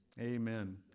Amen